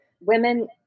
women